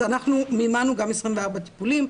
אז אנחנו מימנו גם 24 טיפולים.